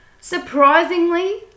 Surprisingly